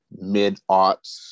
mid-aughts